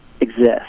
exist